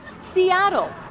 Seattle